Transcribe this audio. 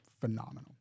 phenomenal